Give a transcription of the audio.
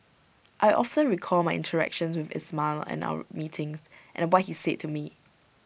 I often recall my interactions with Ismail and our meetings and what he said to me